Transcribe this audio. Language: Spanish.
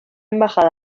embajada